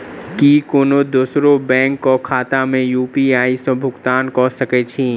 की कोनो दोसरो बैंक कऽ खाता मे यु.पी.आई सऽ भुगतान कऽ सकय छी?